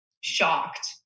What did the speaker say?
shocked